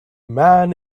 man